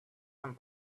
some